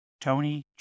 Tony